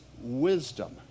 wisdom